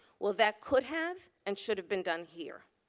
well, that could have and should have been done here.